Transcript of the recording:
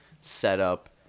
setup